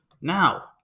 Now